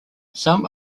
some